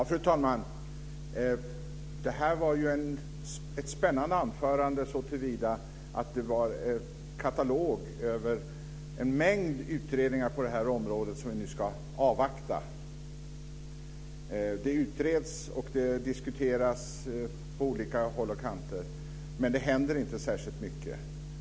Fru talman! Det var ett spännande anförande såtillvida att det var en katalog över en mängd utredningar som ska avvaktas på detta område. Det utreds och diskuteras på olika håll och kanter, men det händer inte särskilt mycket.